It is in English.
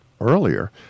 earlier